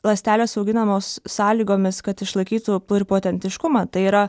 ląstelės auginamos sąlygomis kad išlaikytų puripotentiškumą tai yra